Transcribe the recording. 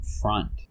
front